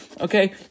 okay